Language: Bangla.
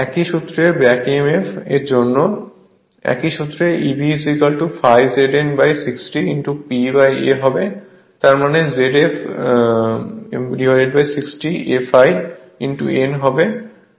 একই সূত্র ব্যাক emf এর জন্য একই সূত্র হবে Eb ∅ ZN 60 P A তার মানে ZP 60 A ∅ N হবে